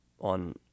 on